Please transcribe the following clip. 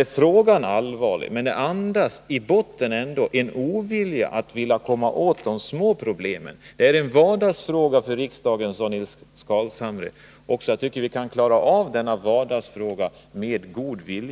åt kan man ana att det i botten ligger en ovilja att komma åt de små problemen. Det är en vardagsfråga för riksdagen, sade Nils Carlshamre. Jag tycker att vi kan klara av denna vardagsfråga med god vilja.